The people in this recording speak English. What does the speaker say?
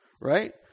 Right